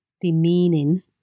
demeaning